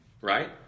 right